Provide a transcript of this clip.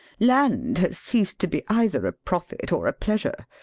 land has ceased to be either a profit or a pleasure.